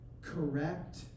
correct